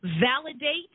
validate